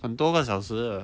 很多个小时的